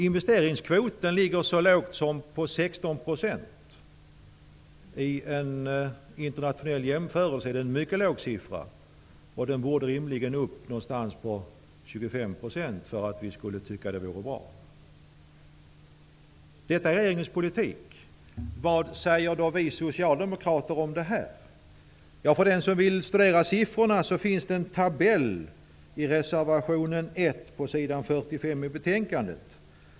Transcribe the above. Investeringskvoten ligger så lågt som på 16 %. I en internationell jämförelse är det en mycket låg nivå. Investeringskvoten borde rimligen komma upp till 25 % för att vi skulle tycka att det var bra. Detta är regeringens politik. Vad säger då vi socialdemokrater om det här? För den som vill studera siffrorna finns det i reservation 1 en tabell på sidan 45 i betänkandet.